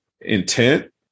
intent